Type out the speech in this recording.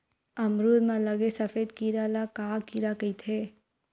अमरूद म लगे सफेद कीरा ल का कीरा कइथे?